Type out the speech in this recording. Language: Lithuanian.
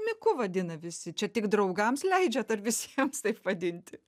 miku vadina visi čia tik draugams leidžiat ar visiems taip vadinti